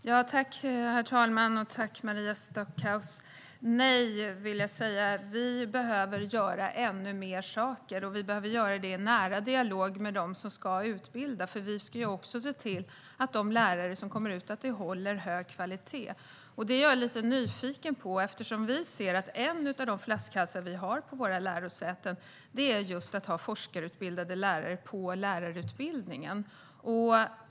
Herr talman! Nej, vill jag säga. Vi behöver göra ännu fler saker, och vi behöver göra dem i nära dialog med dem som ska utbilda. Vi ska nämligen också se till att de lärare som kommer ut håller hög kvalitet. Jag är lite nyfiken på detta, eftersom vi anser att en av de flaskhalsar som finns på våra lärosäten är att ha forskarutbildade lärare på lärarutbildningen.